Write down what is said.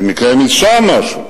ואם יקרה משם משהו.